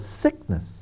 sickness